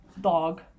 dog